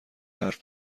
حرف